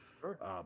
Sure